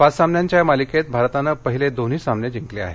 पाच सामन्यांच्या या मालिकेत भारतानं पहिले दोन्ही सामने जिंकले आहेत